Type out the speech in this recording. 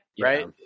Right